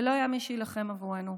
ולא היה מי שיילחם בעבורנו.